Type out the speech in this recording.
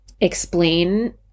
explain